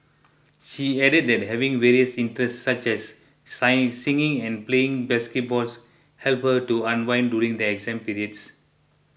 she added that having various interests such as singing and playing basketballs helped her to unwind during the exam period